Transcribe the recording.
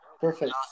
Perfect